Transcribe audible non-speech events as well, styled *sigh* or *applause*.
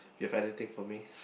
you have anything for me *laughs*